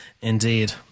indeed